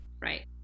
Right